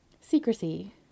secrecy